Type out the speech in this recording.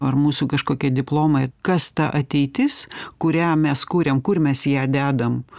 ar mūsų kažkokie diplomai kas ta ateitis kurią mes kuriam kur mes ją dedam